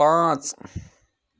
پانٛژھ